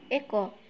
ଏକ